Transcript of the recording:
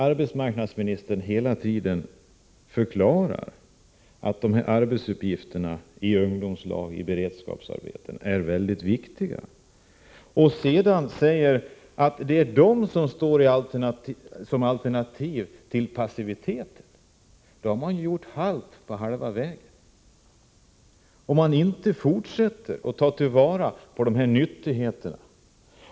Arbetsmarknadsministern förklarar hela tiden att arbetsuppgifterna i ungdomslag och beredskapsarbeten är mycket viktiga, men säger sedan att de är alternativet till passivitet. Man har gjort halt på halva vägen om man inte fortsätter och tar till vara dessa nyttigheter.